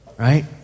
Right